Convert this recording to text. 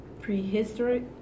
prehistoric